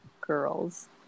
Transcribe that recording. Girls